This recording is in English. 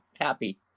happy